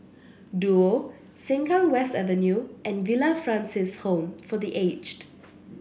Duo Sengkang West Avenue and Villa Francis Home for The Aged